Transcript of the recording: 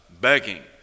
begging